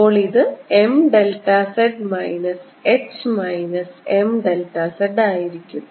അപ്പോൾ ഇത് m delta z minus h minus m delta z ആയിരിക്കും